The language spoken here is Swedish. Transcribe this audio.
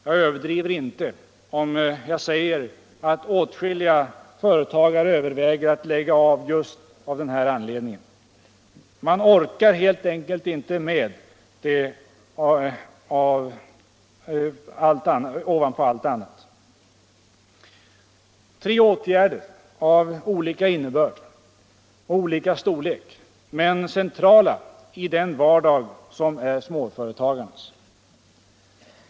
Jag överdriver inte om jag säger att åtskilliga företagare överväger att lägga av just av den här anledningen. De orkar helt enkelt inte med det ovanpå allt annat. Det är tre åtgärder av olika innebörd och olika storlek men som är centrala i den vardag som är småföretagarens.